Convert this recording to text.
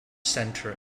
center